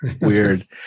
Weird